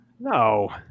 No